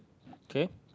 okay